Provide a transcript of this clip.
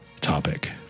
topic